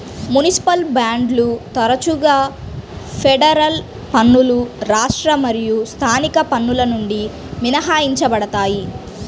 municipal బాండ్లు తరచుగా federal పన్నులు రాష్ట్ర మరియు స్థానిక పన్నుల నుండి మినహాయించబడతాయి